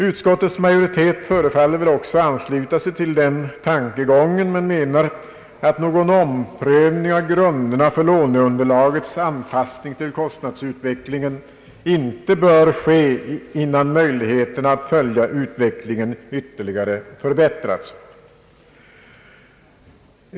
Utskottets majoritet förefaller också att ansluta sig till denna tankegång men menar att någon omprövning av grunderna för låneunderlagets anpassning till kostnadsutvecklingen inte bör ske, innan möjligheterna att följa utvecklingen ytterligare har förbättrats.